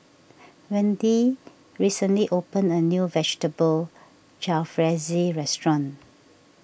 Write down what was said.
Wendi recently opened a new Vegetable Jalfrezi restaurant